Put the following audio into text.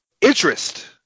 interest